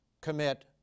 commit